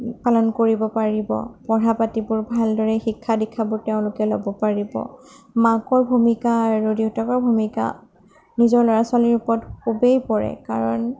পালন কৰিব পাৰিব পঢ়া পাতিবোৰ ভালদৰে শিক্ষা দীক্ষাবোৰ তেওঁলোকে ল'ব পাৰিব মাকৰ ভূমিকা আৰু দেউতাকৰ ভূমিকা নিজৰ ল'ৰা ছোৱালীৰ ওপৰত খুবেই পৰে কাৰণ